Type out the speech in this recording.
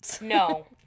no